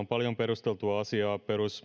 paljon perusteltua asiaa perus